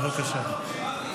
בבקשה.